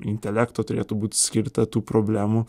intelekto turėtų būt skirta tų problemų